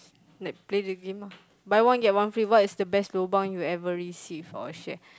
like play the game ah buy one get one free what is the best lobang you ever receive or share